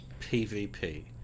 PvP